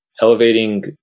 elevating